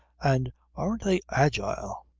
and aren't they agile!